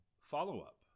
follow-up